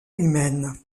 humaine